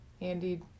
Andy